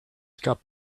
cup